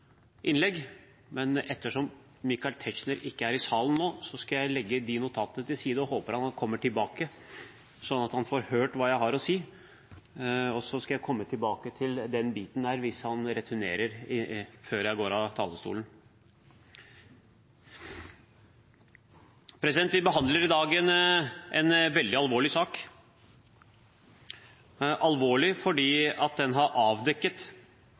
innlegg. Men ettersom Michael Tetzschner ikke er i salen nå, skal jeg legge disse notatene til side, og jeg håper han kommer tilbake, sånn at han får høre hva jeg har å si. Jeg skal komme tilbake til den biten der hvis han returnerer før jeg går av talerstolen. Vi behandler i dag en veldig alvorlig sak – alvorlig fordi den har avdekket